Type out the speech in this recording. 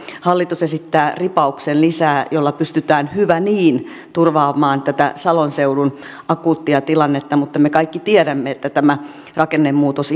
hallitus esittää ripauksen lisää jolla pystytään hyvä niin turvaamaan tätä salon seudun akuuttia tilannetta mutta me kaikki tiedämme että tämä rakennemuutos